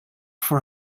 for